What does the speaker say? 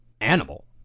animal